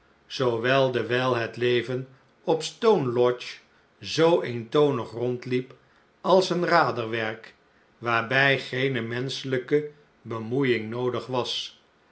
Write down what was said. dewijl het leven op stone lodge zoo eentonig rondliep als een raderwerk waarbij geene menschelijke bemoeiing noodig was